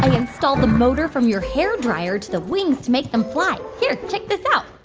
and installed the motor from your hairdryer to the wings to make them fly. here. check this out.